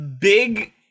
big